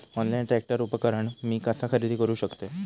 Online tractor उपकरण मी कसा खरेदी करू शकतय?